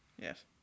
Yes